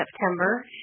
September